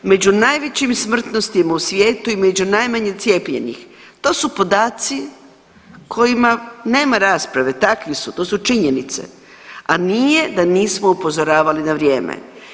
Među najvećim smrtnostima u svijetu i među najmanje cijepljenih to su podaci o kojima nema rasprave, takvi su, to su činjenice, a nije da nismo upozoravali na vrijeme.